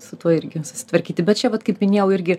su tuo irgi susitvarkyti bet čia vat kaip minėjau irgi